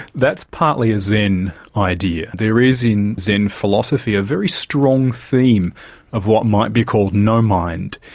that's partly a zen idea. there is, in zen philosophy a very strong theme of what might be called no mind.